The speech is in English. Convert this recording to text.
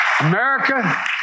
America